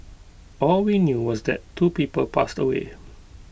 all we knew was that two people passed away